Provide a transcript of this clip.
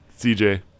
CJ